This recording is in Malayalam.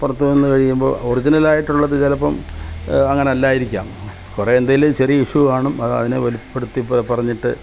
പുറത്ത് വന്ന് കഴിയുമ്പോൾ ഒർജിനലായിട്ടുള്ളത് ചിലപ്പം അങ്ങനെ അല്ലായിരിക്കാം കുറെ എന്തേലും ചെറിയ ഇഷ്യൂ കാണും അത് അതിനെ വലിപ്പെടുത്തി പറഞ്ഞിട്ട്